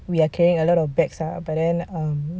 we are carrying a lot of bags lah but then um